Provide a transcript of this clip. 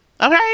okay